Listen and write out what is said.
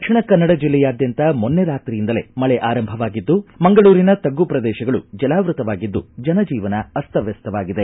ದಕ್ಷಿಣ ಕನ್ನಡ ಜಿಲ್ಲೆಯಾದ್ಯಂತ ಮೊನ್ನೆ ರಾತ್ರಿಯಿಂದಲೇ ಮಳೆ ಆರಂಭವಾಗಿದ್ದು ಮಂಗಳೂರಿನ ತಗ್ಗು ಪ್ರದೇಶಗಳು ಜಲಾವೃತವಾಗಿದ್ದು ಜನಜೀವನ ಅಸ್ತವ್ಯಸ್ತವಾಗಿದೆ